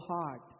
heart